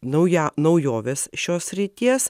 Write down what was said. nauja naujovės šios srities